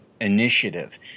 initiative